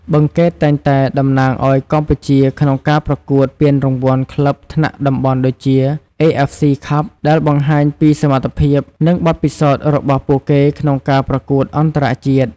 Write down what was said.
បឹងកេតតែងតែតំណាងឲ្យកម្ពុជាក្នុងការប្រកួតពានរង្វាន់ក្លឹបថ្នាក់តំបន់ដូចជា AFC Cup ដែលបង្ហាញពីសមត្ថភាព និងបទពិសោធន៍របស់ពួកគេក្នុងការប្រកួតអន្តរជាតិ។